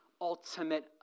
ultimate